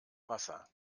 wasser